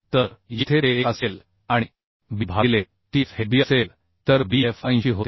तर येथे ते 1 असेल आणि B भागिले Tf हे B असेल तर Bf 80 होते